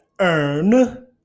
earn